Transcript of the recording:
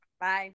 Bye